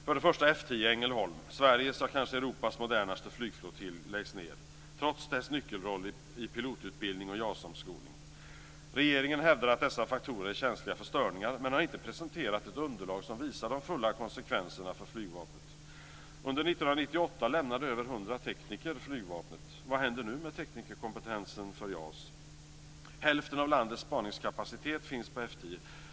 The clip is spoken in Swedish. För det första: F 10 i Ängelholm, Sveriges, ja, kanske Europas, modernaste flygflottilj läggs ned trots sin nyckelroll i pilotutbildning och JAS omskolning. Regeringen hävdar att dessa faktorer är känsliga för störningar men har inte presenterat ett underlag som visar de fulla konsekvenserna för flygvapnet. Under 1998 lämnade över 100 tekniker flygvapnet. Vad händer nu med teknikerkompetensen för JAS? Hälften av landets spaningskapacitet finns på F 10.